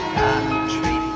country